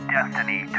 Destiny